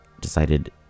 decided